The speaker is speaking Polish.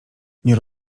nie